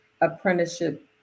apprenticeship